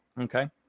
Okay